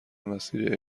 مسیر